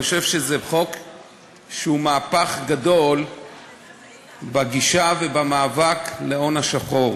אני חושב שזה חוק שהוא מהפך גדול בגישה ובמאבק בהון השחור.